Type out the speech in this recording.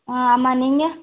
ஆ ஆமாம் நீங்கள்